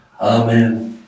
amen